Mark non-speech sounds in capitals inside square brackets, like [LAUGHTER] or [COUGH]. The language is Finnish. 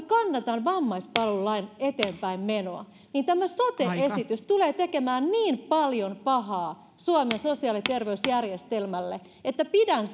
[UNINTELLIGIBLE] kannatan vammaispalvelulain eteenpäinmenoa niin tämä sote esitys tulee tekemään niin paljon pahaa suomen sosiaali ja terveysjärjestelmälle että pidän [UNINTELLIGIBLE]